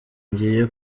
ngiye